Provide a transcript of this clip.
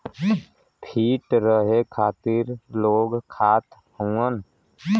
feet रहे खातिर लोग खात हउअन